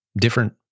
different